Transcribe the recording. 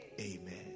amen